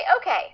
okay